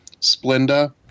Splenda